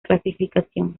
clasificación